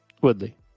Woodley